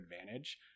advantage